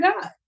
God